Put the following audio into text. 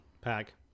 pack